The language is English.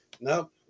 nope